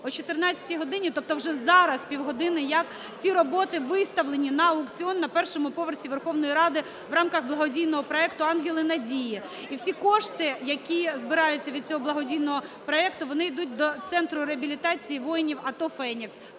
О 14 годині, тобто вже зараз, півгодини як, ці роботи виставлені на аукціон на першому поверсі Верховної Ради в рамках благодійного проекту "Ангели надії". І всі кошти, які збираються від цього благодійного проекту, вони йдуть до центру реабілітації воїнів АТО "Фенікс".